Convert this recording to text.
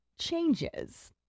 changes